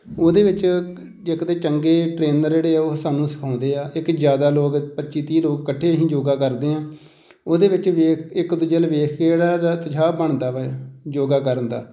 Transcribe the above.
ਉਹਦੇ ਵਿੱਚ ਜੇ ਕਿਤੇ ਚੰਗੇ ਟ੍ਰੇਨਰ ਜਿਹੜੇ ਆ ਉਹ ਸਾਨੂੰ ਸਿਖਾਉਂਦੇ ਆ ਇੱਕ ਜ਼ਿਆਦਾ ਲੋਕ ਪੱਚੀ ਤੀਹ ਲੋਕ ਇਕੱਠੇ ਅਸੀਂ ਯੋਗਾ ਕਰਦੇ ਹਾਂ ਉਹਦੇ ਵਿੱਚ ਵੇਖ ਇੱਕ ਦੂਜੇ ਵੱਲ ਵੇਖ ਕੇ ਜਿਹੜਾ ਨਾ ਉਤਸ਼ਾਹ ਬਣਦਾ ਵਾ ਯੋਗਾ ਕਰਨ ਦਾ